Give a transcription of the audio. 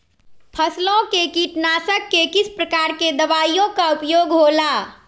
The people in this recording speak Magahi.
फसलों के कीटनाशक के किस प्रकार के दवाइयों का उपयोग हो ला?